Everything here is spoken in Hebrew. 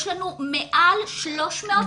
יש לנו מעל 300 מקומות,